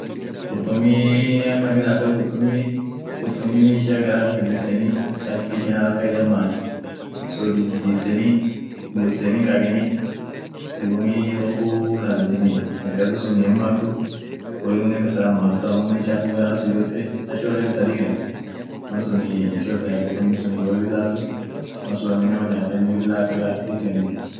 sagale akcholle hugatin sagalen dabatuma aminen kaishin wokabdsun wonishin kabdsun yote tafeden sun yote itgureni dabenit dubmalsun akcholle itat akcholle dabamti malsun himiyot wonishia yote itgureniyot wonishifait yote itgureniyot malsun sagalen hinchollomti aminen himiyoti